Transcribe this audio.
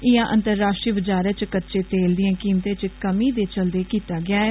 इयां अतंराश्ट्रीय बजारै च कच्चे तेल दियें कीमतें च कमी दे चलदे कीता गेआ ऐ